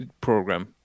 program